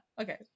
Okay